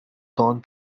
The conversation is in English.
gone